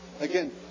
Again